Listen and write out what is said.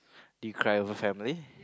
did you cry over family